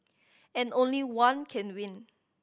and only one can win